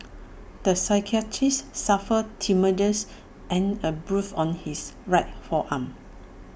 the psychiatrist suffered tenderness and A bruise on his right forearm